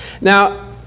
Now